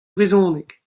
brezhoneg